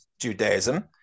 Judaism